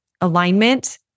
alignment